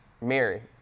Mary